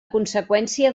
conseqüència